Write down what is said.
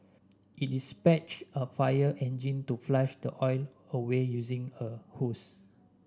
it dispatched a fire engine to flush the oil away using a hose